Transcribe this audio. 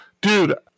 dude